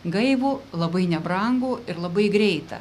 gaivų labai nebrangų ir labai greitą